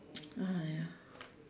(uh huh) ya